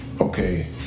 okay